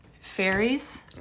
Fairies